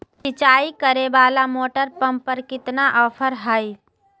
सिंचाई करे वाला मोटर पंप पर कितना ऑफर हाय?